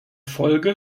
folge